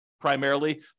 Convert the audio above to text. primarily